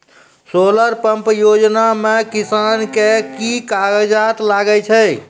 Solar pump योजना म किसान के की कागजात लागै छै?